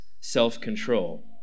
self-control